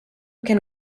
can